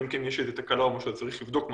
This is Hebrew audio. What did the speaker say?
אלא אם כן יש איזו תקלה או משהו אז צריך לבדוק משהו,